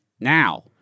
now